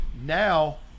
now